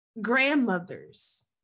grandmothers